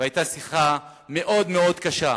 והיתה שיחה מאוד מאוד קשה.